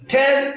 ten